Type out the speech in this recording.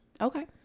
Okay